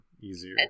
easier